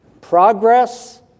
Progress